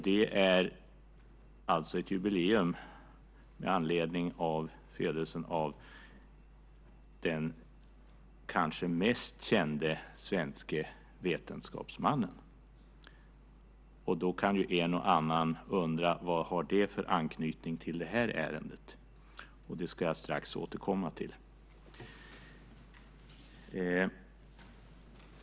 Det är ett jubileum med anledning av att det är 300 år sedan den kanske mest kände svenske vetenskapsmannen föddes. En och annan kan undra vad det har för anknytning till det här ärendet. Det ska jag strax återkomma till.